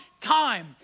time